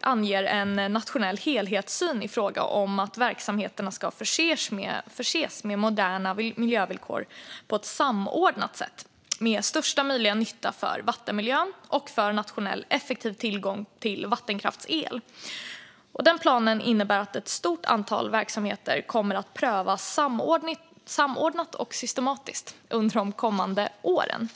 anger en nationell helhetssyn i fråga om att verksamheterna ska förses med moderna miljövillkor på ett samordnat sätt, med största möjliga nytta för vattenmiljön och för en nationell, effektiv tillgång till vattenkraftsel. Planen innebär att ett stort antal verksamheter kommer att prövas samordnat och systematiskt under de kommande åren.